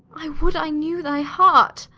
i would i knew thy heart.